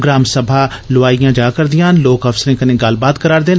ग्राम सभा लोआईयां जा करदियां न लोक अफसरें कन्नै गल्लबात करा'रदे न